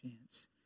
chance